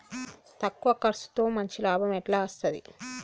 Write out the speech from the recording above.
తక్కువ కర్సుతో మంచి లాభం ఎట్ల అస్తది?